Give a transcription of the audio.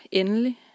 endelig